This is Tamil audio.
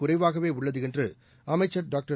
குறைவாகவே உள்ளது என்று அமைச்ச் டாக்டர்